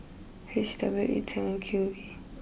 H W eight seven Q V